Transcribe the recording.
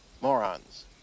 Morons